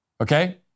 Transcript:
okay